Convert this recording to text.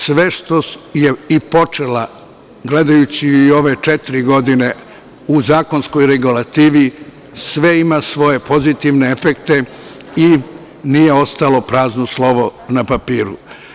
Sve što je počela, gledajući i ove četiri godine, u zakonskoj regulativi, sve ima svoje pozitivne efekte i nije ostalo prazno slovo na papiru.